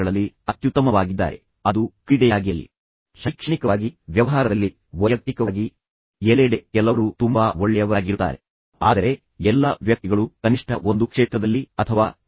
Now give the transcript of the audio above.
ನೀವು ನಿಮ್ಮ ಪರಾನುಭೂತಿ ಕೌಶಲ್ಯಗಳನ್ನು ಬಳಸಬೇಕು ನೀವು ಸಂಘರ್ಷದ ಭಾಗವಾಗಿದ್ದರೆ ನೀವು ಇನ್ನೊಬ್ಬ ವ್ಯಕ್ತಿಯೊಂದಿಗೆ ಪರಾನುಭೂತಿ ಹೊಂದಿರಬೇಕು ಮತ್ತು ನಂತರ ನೀವು ಅರಿವಿನ ಪುನರ್ರಚನೆಗೆ ಹೋಗಬೇಕು ನೀವು ತಾರ್ಕಿಕ ಮತ್ತು ಗ್ರಹಿಕೆಯ ರೀತಿಯಲ್ಲಿ ಇಡೀ ವಿಷಯವನ್ನು ಪುನರ್ರಚಿಸಲು ಪ್ರಯತ್ನಿಸಬೇಕು